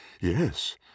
yes